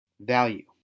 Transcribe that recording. Value